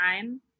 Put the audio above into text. time